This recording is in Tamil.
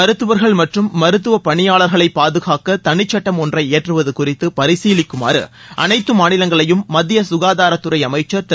மருத்துவர்கள் மற்றும் மருத்துவப் பணியாளர்களை பாதுகாக்க தனிச்சட்டம் ஒன்றை இயற்றுவது குறித்து பரிசீலிக்குமாறு அனைத்து மாநிலங்களையும் மத்திய சுகாதாரத்துறை அமைச்சர் திரு